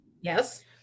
Yes